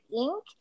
ink